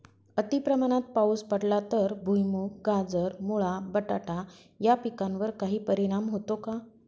अतिप्रमाणात पाऊस पडला तर भुईमूग, गाजर, मुळा, बटाटा या पिकांवर काही परिणाम होतो का?